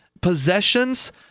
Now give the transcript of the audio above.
possessions